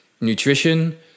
nutrition